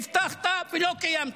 הבטחת ולא קיימת.